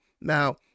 Now